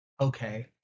okay